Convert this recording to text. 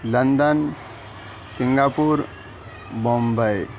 London Singapore Bombay